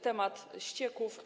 Temat ścieków.